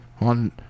on